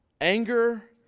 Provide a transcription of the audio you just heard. Anger